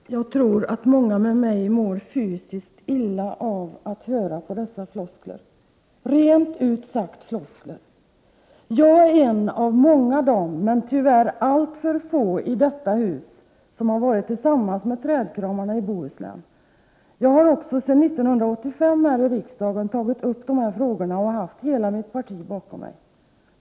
Fru talman! Jag tror att många med mig mår fysiskt illa av att höra på dessa floskler, rent ut sagt. Jag är en av många, tyvärr alltför få i detta hus som har varit tillsammans med trädkramarna i Bohuslän. Jag har också sedan 1985 tagit upp dessa frågor här i riksdagen, och jag har haft hela mitt parti bakom mig.